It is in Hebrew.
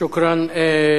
שוכראן.